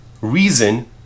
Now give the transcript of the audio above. reason